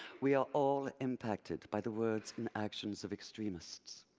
we are all impacted by the words and actions of extremists.